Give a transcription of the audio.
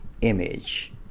image